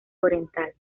oriental